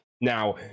Now